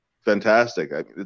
fantastic